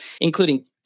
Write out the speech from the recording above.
including